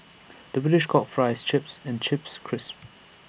the British calls Fries Chips and Chips Crisps